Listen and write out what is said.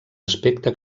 aspecte